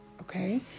okay